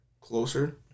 closer